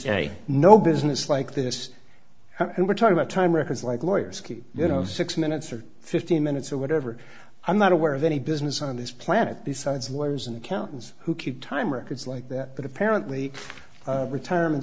say no business like this and we're talking about time records like lawyers keep you know of six minutes or fifteen minutes or whatever i'm not aware of any business on this planet besides lawyers and accountants who keep time records like that but apparently retirement